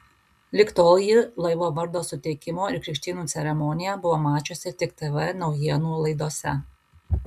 lig tol ji laivo vardo suteikimo ir krikštynų ceremoniją buvo mačiusi tik tv naujienų laidose